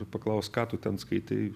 ir paklausk ką tu ten skaitei